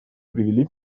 привели